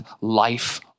life